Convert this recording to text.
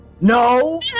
No